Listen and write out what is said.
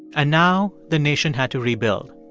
and now, the nation had to rebuild